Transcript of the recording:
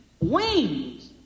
wings